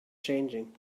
changing